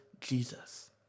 Jesus